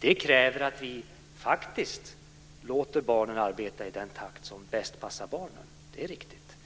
Det kräver att vi faktiskt låter barnen arbeta i den takt som bäst passar barnen. Det är riktigt.